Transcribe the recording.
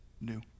new